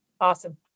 Awesome